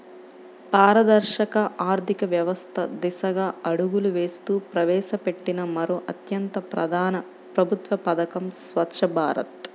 పారదర్శక ఆర్థిక వ్యవస్థ దిశగా అడుగులు వేస్తూ ప్రవేశపెట్టిన మరో అత్యంత ప్రధాన ప్రభుత్వ పథకం స్వఛ్చ భారత్